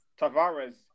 Tavares